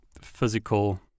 physical